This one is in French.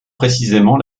précisément